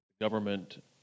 government